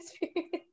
experience